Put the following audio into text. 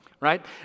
right